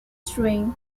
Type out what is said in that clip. string